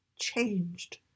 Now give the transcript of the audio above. changed